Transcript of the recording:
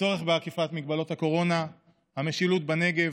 הצורך באכיפת מגבלות הקורונה, המשילות בנגב,